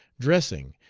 dressing,